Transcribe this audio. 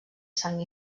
sang